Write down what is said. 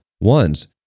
ones